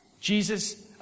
Jesus